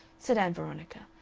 said ann veronica,